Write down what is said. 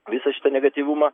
visą šitą negatyvumą